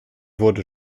wurde